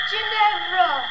Ginevra